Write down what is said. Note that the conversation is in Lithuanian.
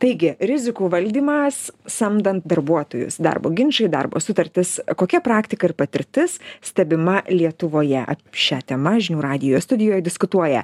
taigi rizikų valdymas samdant darbuotojus darbo ginčai darbo sutartis kokia praktika ir patirtis stebima lietuvoje šia tema žinių radijo studijoj diskutuoja